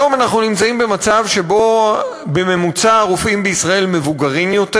היום אנחנו נמצאים במצב שבו בממוצע הרופאים בישראל מבוגרים יותר,